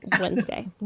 Wednesday